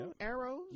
Arrows